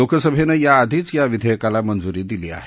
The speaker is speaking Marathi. लोकसभेनं याआधीच या विधेयकाला मंजूरी दिली आहे